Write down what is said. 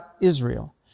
Israel